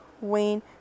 Wayne